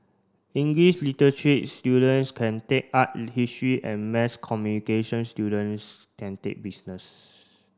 English students can take art in history and mass communication students can take business